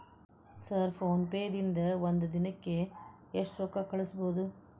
Sir PhonePe ದಿಂದ ಒಂದು ದಿನಕ್ಕೆ ಎಷ್ಟು ರೊಕ್ಕಾ ಕಳಿಸಬಹುದು?